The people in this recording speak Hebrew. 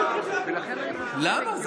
למה?